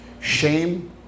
Shame